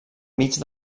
mig